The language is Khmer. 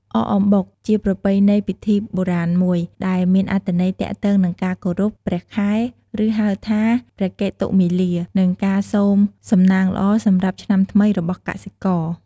អកអំបុកជាប្រពៃណីពិធីបុរាណមួយ ដែលមានអត្ថន័យទាក់ទងនឹងការគោរព ព្រះខែ ឬហៅថា ព្រះកេតុមាលា និងការសូមសំណាងល្អសម្រាប់ឆ្នាំថ្មីរបស់កសិករ។